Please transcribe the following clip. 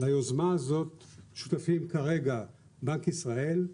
ליוזמה הזאת שותפים כרגע בנק ישראל,